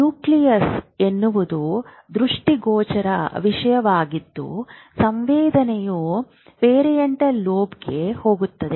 nucleus ಎನ್ನುವುದು ದೃಷ್ಟಿಗೋಚರ ವಿಷಯವಾಗಿದ್ದು ಸಂವೇದನೆಯು ಪರಿಯೆಟಲ್ ಲೋಬ್ ಗೆ ಹೋಗುತ್ತದೆ